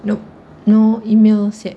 nope no emails yet